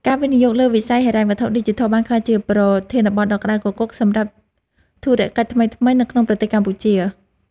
ការវិនិយោគលើវិស័យហិរញ្ញវត្ថុឌីជីថលបានក្លាយជាប្រធានបទដ៏ក្តៅគគុកសម្រាប់ធុរកិច្ចថ្មីៗនៅក្នុងប្រទេសកម្ពុជា។